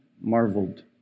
marveled